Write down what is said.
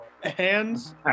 hands